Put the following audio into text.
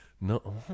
no